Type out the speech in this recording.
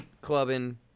clubbing